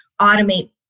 automate